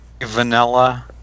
vanilla